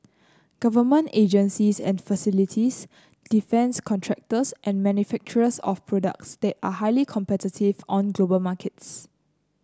government agencies and facilities defence contractors and manufacturers of products that are highly competitive on global markets